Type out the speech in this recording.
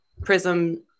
Prism